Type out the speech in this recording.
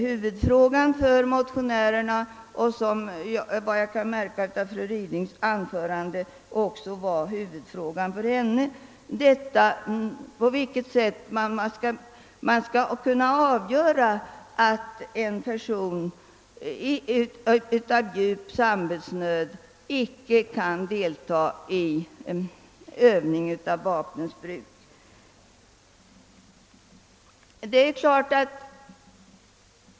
Huvudfrågan för motionärerna och enligt vad jag kunde märka av fru Rydings anförande även för henne är väl kriteriet för möjlighet att få vapenfri tjänstgöring. På vilket sätt skall man kunna avgöra att en person på grund av djup samvetsnöd icke kan delta i övningar i vapnens bruk?